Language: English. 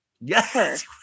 Yes